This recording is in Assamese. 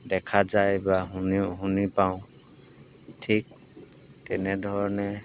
দেখা যায় বা শুনিও শুনি পাওঁ ঠিক তেনেধৰণে